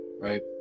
right